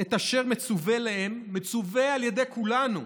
את אשר מצווה עליהם, מצווה על ידי כולנו,